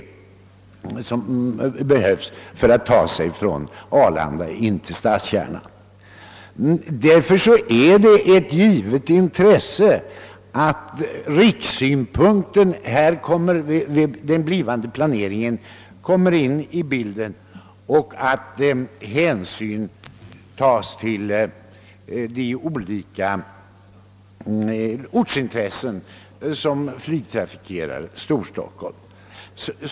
Det finns därför ett starkt intresse av att man vid planeringen tar hänsyn till rikssynpunkter och till synpunkter som framförs från de olika orter som flygtrafikerar Stockholm.